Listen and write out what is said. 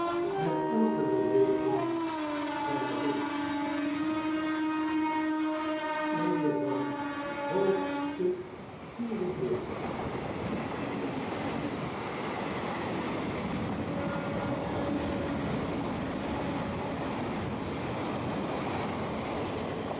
met elke beweging zijner vingers